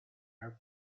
her